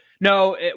no